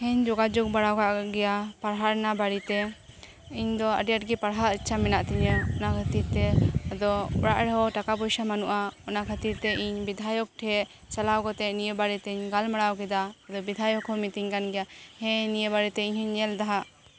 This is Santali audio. ᱤᱧ ᱡᱳᱜᱟ ᱡᱳᱜᱽ ᱵᱟᱲᱟᱣ ᱟᱠᱟᱫ ᱜᱮᱭᱟ ᱯᱟᱲᱦᱟᱜ ᱨᱮᱭᱟᱜ ᱵᱟᱨᱮᱛᱮ ᱤᱧ ᱫᱚ ᱟᱹᱰᱤ ᱟᱸᱴ ᱜᱮ ᱯᱟᱲᱦᱟᱜ ᱤᱪᱪᱷᱟᱹ ᱢᱮᱱᱟᱜ ᱛᱤᱧᱟ ᱚᱱᱟ ᱠᱷᱟᱹᱛᱤᱨ ᱛᱮ ᱟᱫᱚ ᱚᱲᱟᱜ ᱨᱮᱦᱚᱸ ᱴᱟᱠᱟ ᱯᱚᱭᱥᱟ ᱵᱟᱱᱩᱜᱼᱟ ᱚᱱᱟ ᱠᱷᱟᱹᱛᱤᱨ ᱛᱮ ᱤᱧ ᱵᱤᱫᱷᱟᱭᱚᱠ ᱴᱷᱮᱱ ᱪᱟᱞᱟᱣ ᱠᱟᱛᱮᱫ ᱱᱤᱭᱟᱹ ᱵᱟᱨᱮ ᱛᱮᱧ ᱜᱟᱞᱢᱟᱨᱟᱣ ᱠᱮᱫᱟ ᱟᱫᱚ ᱵᱤᱫᱷᱟᱭᱚᱠ ᱦᱚᱸ ᱢᱤᱛᱟᱹᱧ ᱠᱟᱱ ᱜᱮᱭᱟᱭ ᱦᱮᱸ ᱱᱤᱭᱟᱹ ᱵᱟᱨᱮ ᱛᱮ ᱤᱧ ᱦᱚᱧ ᱧᱮᱞ ᱮᱫᱟ ᱦᱟᱸᱜ